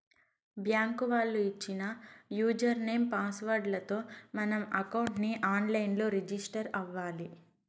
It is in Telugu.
బ్యాంకు వాళ్ళు ఇచ్చిన యూజర్ నేమ్, పాస్ వర్డ్ లతో మనం అకౌంట్ ని ఆన్ లైన్ లో రిజిస్టర్ అవ్వాలి